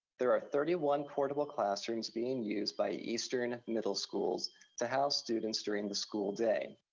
there are thirty one portable classrooms being used by eastern middle schools to house students during the school day.